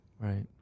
Right